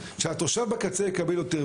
שהתושב בקצה יקבל יותר.